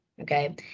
Okay